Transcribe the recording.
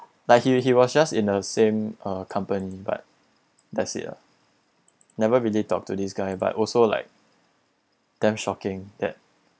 like he he was just in a same uh company but that's it ah never really talk to this guy but also like damn shocking that